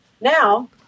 Now